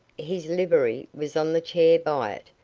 his livery was on the chair by it,